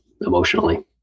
emotionally